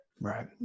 Right